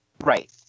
Right